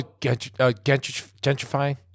gentrifying